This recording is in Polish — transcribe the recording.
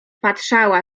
patrzała